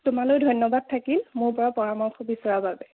তোমালৈয়ো ধন্যবাদ থাকিল মোৰ পৰা পৰামৰ্শ বিচৰাৰ বাবে